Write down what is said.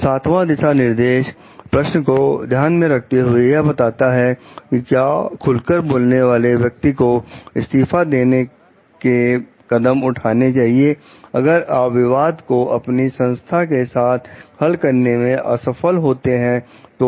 तो सातवां दिशा निर्देश प्रश्न को ध्यान में रखते हुए यह बताता है कि क्या खुलकर बोलने वाले व्यक्ति को इस्तीफा देने के कदम उठाने चाहिए अगर आप विवाद को अपनी संस्था के साथ हल करने में असफल होते हैं तो